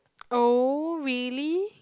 oh really